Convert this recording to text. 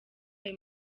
ayo